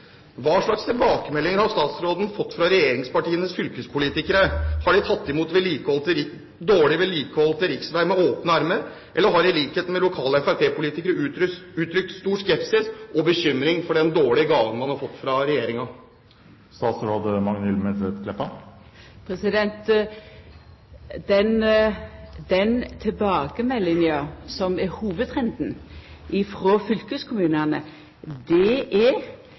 Hva slags tilbakemeldinger har statsråden fått fra regjeringspartienes fylkespolitikere? Har de tatt imot dårlig vedlikeholdte riksveier med åpne armer, eller har de, i likhet med lokale fremskrittspartipolitikere, uttrykt stor skepsis til og bekymring over den dårlige gaven de har fått fra regjeringen? Hovudtrenden i tilbakemeldingane frå fylkeskommunane er at dei var glade for å få ansvar for fleire vegar, fordi det